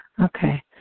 Okay